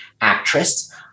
actress